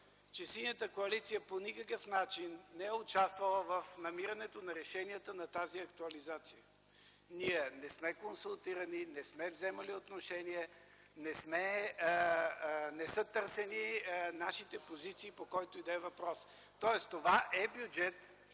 че Синята коалиция по никакъв начин не е участвала в намирането на решението на тази актуализация. Ние не сме консултирани, не сме вземали отношение, не са търсени нашите позиции, по който и да е въпрос. Тоест това е бюджет